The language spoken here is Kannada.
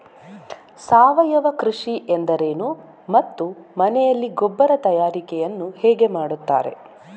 ಸಾವಯವ ಕೃಷಿ ಎಂದರೇನು ಮತ್ತು ಮನೆಯಲ್ಲಿ ಗೊಬ್ಬರ ತಯಾರಿಕೆ ಯನ್ನು ಹೇಗೆ ಮಾಡುತ್ತಾರೆ?